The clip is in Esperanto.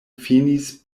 finis